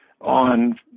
on